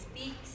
speaks